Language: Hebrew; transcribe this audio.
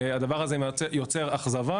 הדבר הזה יוצר אכזבה,